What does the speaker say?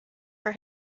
for